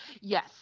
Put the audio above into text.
Yes